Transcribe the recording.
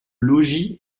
logis